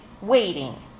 waiting